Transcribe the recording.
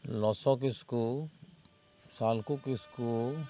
ᱞᱚᱥᱚ ᱠᱤᱥᱠᱩ ᱥᱟᱞᱠᱷᱩ ᱠᱤᱥᱠᱩ